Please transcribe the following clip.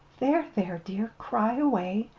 there, there, dear, cry away,